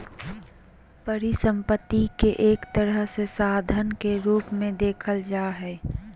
परिसम्पत्ति के एक तरह से साधन के रूप मे देखल जा हय